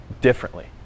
differently